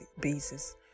basis